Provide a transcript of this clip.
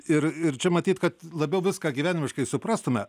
ir ir čia matyt kad labiau viską gyvenimiškai suprastume